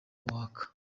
uwaka